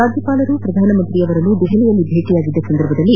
ರಾಜ್ಯಪಾಲರು ಪ್ರಧಾನ ಮಂತ್ರಿಯವರನ್ನು ದೆಹಲಿಯಲ್ಲಿ ಭೇಟ ಮಾಡಿದ್ದ ಸಂದರ್ಭದಲ್ಲಿ